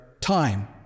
time